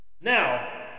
Now